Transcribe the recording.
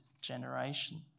generation